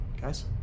Guys